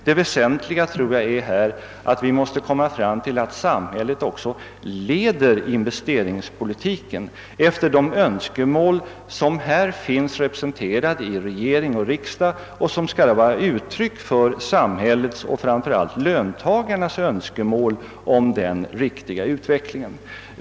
Det väsentliga härvidlag är, tror jag, att vi kommer fram till att samhället också leder investeringspolitiken enligt de uppfattningar som finns representerade i regering och riksdag och som skall vara uttryck för samhällets och framför allt löntagarnas önskemål i fråga om den riktiga utvecklingen.